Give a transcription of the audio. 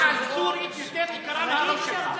מהראש שלך.